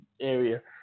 area